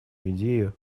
идею